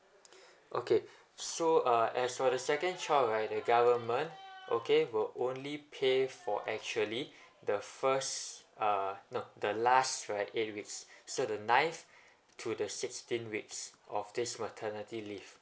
okay so uh as for the second child right the government okay will only pay for actually the first uh the last right eight weeks so the ninth to the sixteen weeks of this maternity leave